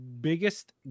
biggest